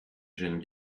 gêne